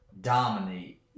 dominate